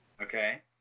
Okay